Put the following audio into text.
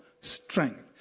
strength